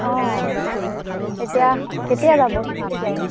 অঁ এতিয়া কেতিয়া যাব তিনিচুকীয়ালৈ